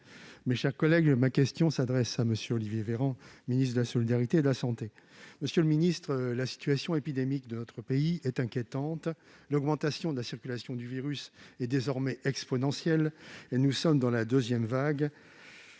Les Républicains. Ma question s'adresse à M. Olivier Véran, ministre des solidarités et de la santé. La situation épidémique de notre pays est inquiétante. L'augmentation de la circulation du virus est désormais exponentielle. Nous sommes dans la deuxième vague,